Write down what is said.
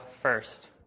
first